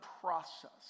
process